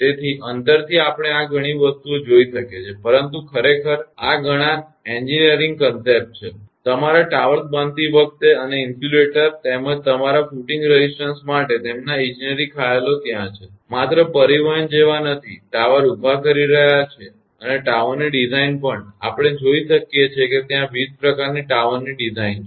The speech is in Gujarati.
તેથી અંતરથી આપણે આ ઘણી વસ્તુઓ જોઈ શકીએ છીએ પરંતુ ખરેખર ઘણા ઇજનેરી ખ્યાલ ત્યાં છે તમારા ટાવર્સ બાંધતી વખતે અને ઇન્સ્યુલેટર તેમજ તમારા ફૂટિંગ રેઝિસ્ટન્સ માટે તેમના ઇજનેરી ખ્યાલો ત્યાં છે માત્ર પરિવહન જેવા નથી ટાવર ઉભા કરી રહ્યા છીએ અને ટાવરની ડિઝાઇન પણ આપણે જોઈ શકીએ કે ત્યાં વિવિધ પ્રકારની ડિઝાઇન છે